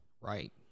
Right